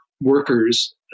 workers